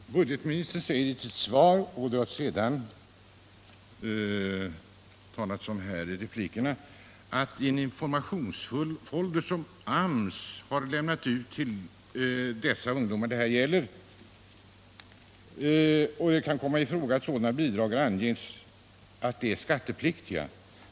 Herr talman! Budgetministern säger i sitt svar att det — och detta har det också talats om här i replikerna — i en informationsfolder som AMS lämnat ut till de ungdomar det gäller anges att bidragen är skattepliktiga.